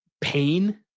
pain